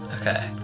okay